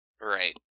Right